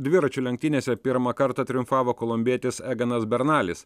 dviračių lenktynėse pirmą kartą triumfavo kolumbietis eganas bernalis